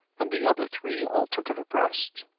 and the other three all took it abreast.